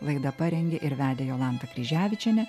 laidą parengė ir vedė jolanta kryževičienė